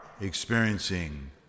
experiencing